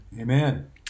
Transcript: Amen